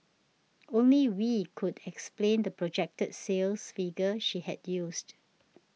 only Wee could explain the projected sales figure she had used